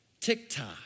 TikTok